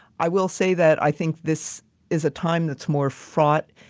i will say that i think this is a time that's more fraught.